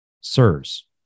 SIRS